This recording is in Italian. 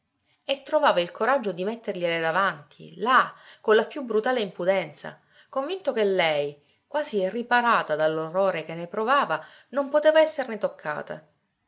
e trovava il coraggio di mettergliele davanti là con la più brutale impudenza convinto che lei quasi riparata dall'orrore che ne provava non poteva esserne toccata